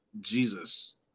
Jesus